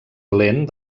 lent